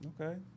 Okay